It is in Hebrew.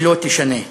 שלא תישנה".